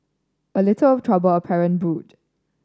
a little trouble apparent brewed